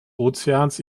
ozeans